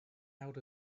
out